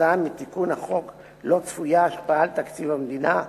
מתיקון החוק לא צפויה השפעה על תקציב המדינה,